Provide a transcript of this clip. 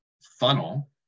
funnel